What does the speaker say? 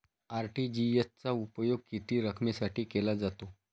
RTGS चा उपयोग किती रकमेसाठी केला जातो?